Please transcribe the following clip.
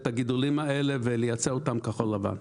את הגידולים האלה ולייצר אותם כחול לבן.